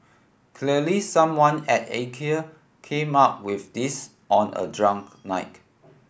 clearly someone at Ikea came up with this on a drunk night